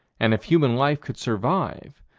and if human life could survive,